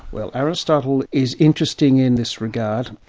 well, aristotle is interesting in this regard.